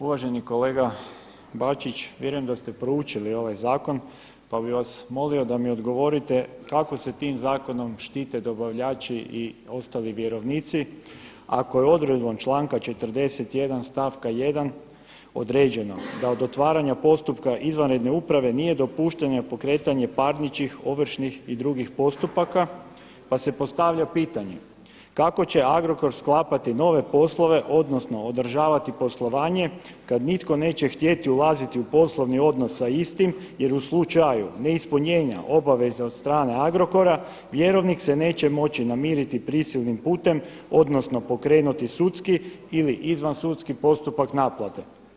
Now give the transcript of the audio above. Uvaženi kolega Bačić, vjerujem da ste proučili ovaj zakon, pa bih vas molio da mi odgovorite kako se tim zakonom štite dobavljači i ostali vjerovnici ako je odredbom članka 41. stavka 1. određeno da od otvaranja postupka izvanredne uprave nije dopušteno pokretanje parničnih, ovršnih i drugih postupaka, pa se postavlja pitanje kako će Agrokor sklapati nove poslove odnosno održavati poslovanje kad nitko neće htjeti ulaziti u poslovni odnos sa istim jer u slučaju neispunjenja obaveza od strane Agrokora vjerovnik se neće moći namiriti prisilnim putem, odnosno pokrenuti sudski ili izvan sudski postupak naplate.